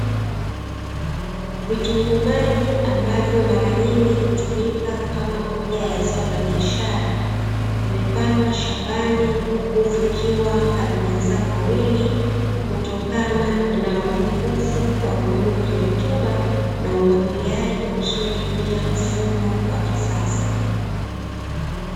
Vitunguu maji ambavyo mara nyingi hutumika kama moja ya zao la biashara, vimepandwa shambani huku vikiwa havijazaa kwa wingi, kutokana na upungufu wa udongo wenye rutuba, na umwagiliaji usiotumia mfumo wakisasa.